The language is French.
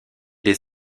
des